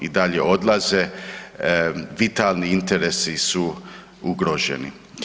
I dalje odlaze, vitalni interesi su ugroženi.